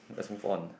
let's move on